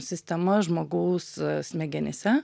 sistema žmogaus smegenyse